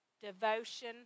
devotion